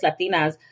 Latinas